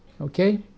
okay